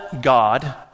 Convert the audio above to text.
God